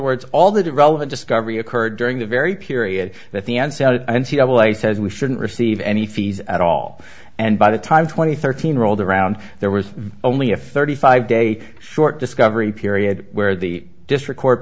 words all that relevant discovery occurred during the very period that the end sounded and he says we shouldn't receive any fees at all and by the time twenty thirteen rolled around there was only a thirty five day short discovery period where the district court